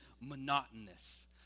monotonous